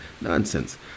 Nonsense